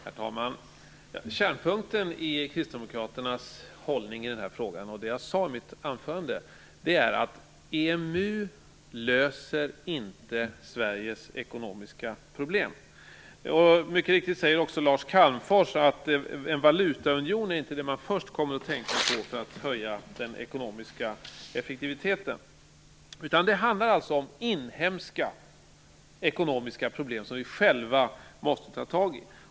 Herr talman! Kärnpunkten i kristdemokraternas hållning i den här frågan och i det jag sade i mitt anförande är att EMU inte löser Sveriges ekonomiska problem. Mycket riktigt säger också Lars Calmfors att en valutaunion inte är det man först kommer att tänka på för att höja den ekonomiska effektiviteten. Det handlar alltså om inhemska ekonomiska problem som vi själva måste ta tag i.